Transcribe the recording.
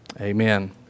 amen